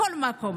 בכל מקום,